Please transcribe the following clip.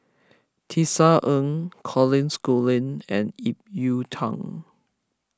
Tisa Ng Colin Schooling and Ip Yiu Tung